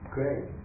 Great